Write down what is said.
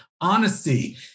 honesty